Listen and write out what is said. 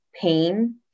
pain